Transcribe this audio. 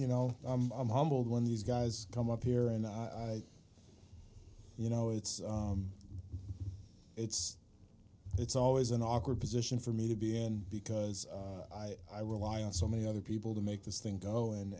you know i'm humbled when these guys come up here and i you know it's it's it's always an awkward position for me to be in because i rely on so many other people to make this thing go and